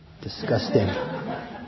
disgusting